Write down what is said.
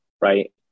Right